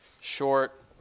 Short